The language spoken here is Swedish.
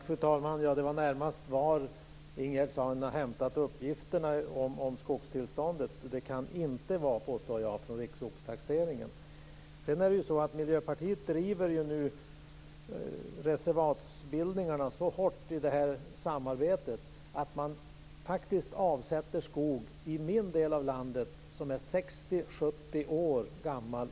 Fru talman! Det var närmast var Ingegerd Saarinen har hämtat uppgifterna om skogstillståndet. Jag vill påstå att det inte kan vara från riksskogstaxeringen. Miljöpartiet driver reservatsbildningar så hårt i samarbetet att man avsätter skog i min del av landet som är 60-70 år gammal.